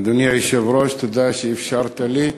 אדוני היושב-ראש, תודה שאפשרת לי.